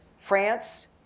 France